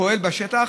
שפועל בשטח.